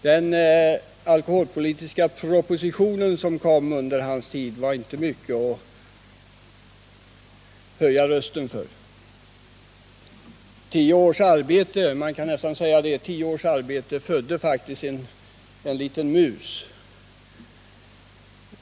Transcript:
Den alkholpolitiska proposition som kom under hans tid var inte mycket att höja rösten för. Nästan tio års arbete födde faktiskt en liten mus.